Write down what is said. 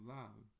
love